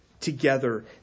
together